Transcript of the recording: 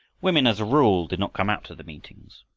women as a rule did not come out to the meetings,